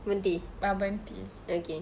berhenti okay